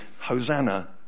Hosanna